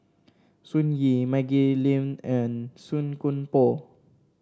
Sun Yee Maggie Lim and Song Koon Poh